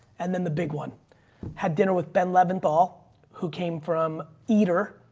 and then the big one had dinner with ben leventhal who came from eater